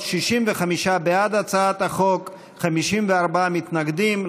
65 בעד הצעת החוק, 54 מתנגדים.